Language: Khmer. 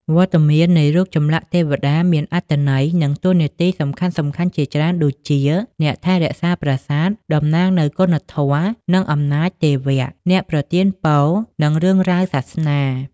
វត្តមាននៃរូបចម្លាក់ទេវតាមានអត្ថន័យ និងតួនាទីសំខាន់ៗជាច្រើនដូចជា អ្នកថែរក្សាប្រាសាទ តំណាងនូវគុណធម៌ និងអំណាចទេវៈ អ្នកប្រទានពរ និងរឿងរ៉ាវសាសនា។